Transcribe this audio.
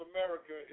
America